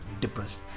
depressed